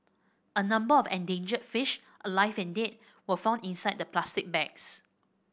a number of endangered fish alive and dead were found inside the plastic bags